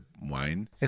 wine